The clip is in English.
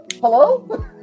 Hello